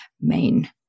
main